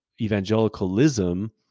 evangelicalism